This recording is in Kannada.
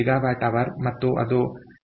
5 GWH ಮತ್ತು ಅದು 11